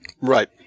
Right